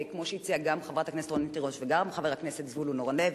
כמו שהציעו גם חברת הכנסת רונית תירוש וגם חבר הכנסת זבולון אורלב,